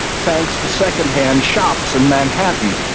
thanks to second-hand shops in manhattan.